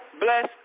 bless